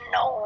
no